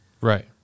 Right